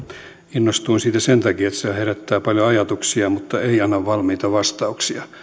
innostuin siitä sen takia että se herättää paljon ajatuksia mutta ei anna valmiita vastauksia